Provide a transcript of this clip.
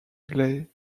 aglaé